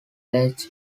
lech